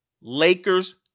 Lakers